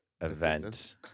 event